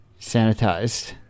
sanitized